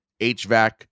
HVAC